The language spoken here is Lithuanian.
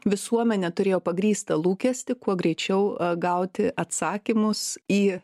visuomenė turėjo pagrįstą lūkestį kuo greičiau gauti atsakymus į